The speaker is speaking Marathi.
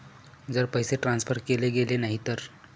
जर पैसे ट्रान्सफर केले गेले नाही तर?